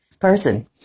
person